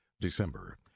December